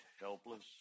helpless